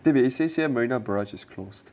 eh but it said here marina barrage is closed